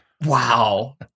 Wow